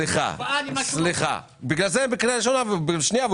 בגלל זה הוא בקריאה ראשונה ואביר קארה בקריאה שנייה.